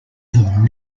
them